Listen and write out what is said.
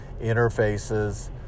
interfaces